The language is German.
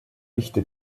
dichte